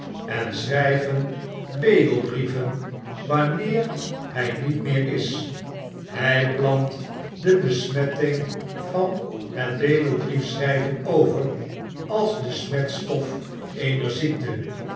en schrijven bedelbrieven wanneer hij niet meer is hy plant de besmetting van het bedelbriefschrijven over als de smetstof eener ziekte